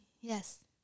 Yes